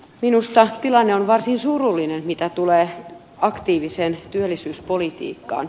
minusta tilanne on varsin surullinen mitä tulee aktiiviseen työllisyyspolitiikkaan